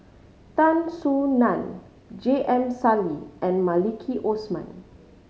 Tan Soo Nan J M Sali and Maliki Osman